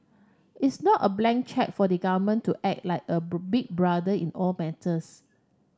it's not a blank cheque for the government to act like a big brother in all matters